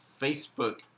Facebook